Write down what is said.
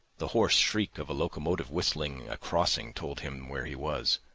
the hoarse shriek of a locomotive whistling a crossing told him where he was.